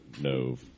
no